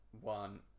one